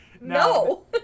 no